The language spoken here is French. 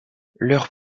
leur